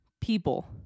people